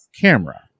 camera